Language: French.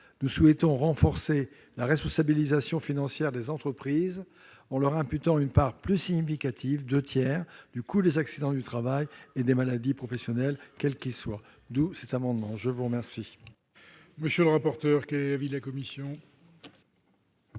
nous souhaitons renforcer la responsabilisation financière des entreprises, en leur imputant une part plus significative- deux tiers -du coût des accidents du travail et des maladies professionnelles, quels qu'ils soient. Quel est l'avis de